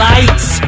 Lights